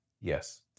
Yes